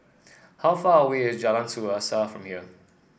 how far away is Jalan Suasa from here